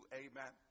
amen